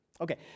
Okay